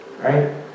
right